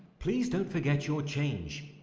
please don't forget your change,